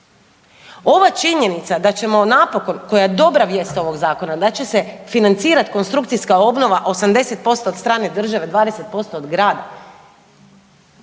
Ova činjenica da ćemo napokon, koja je dobra vijest ovog Zakona da će se financirati konstrukcijska obnova 80% od strane države, 20% od grada,